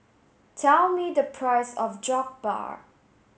tell me the price of Jokbal